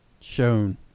shown